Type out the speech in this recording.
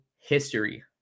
history